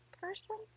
person